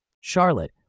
Charlotte